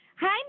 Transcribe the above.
Hi